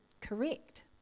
correct